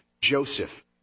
Joseph